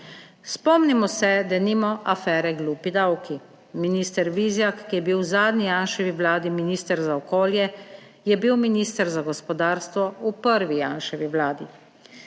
Spomnimo se denimo afere glupi davki. Minister Vizjak, ki je bil v zadnji Janševi vladi minister za okolje, je bil minister za gospodarstvo 12. TRAK: (DAG)